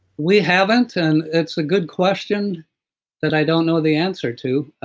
we haven't, and it's a good question that i don't know the answer to.